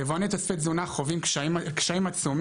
יבואני תוספי תזונה חווים קשיים עצומים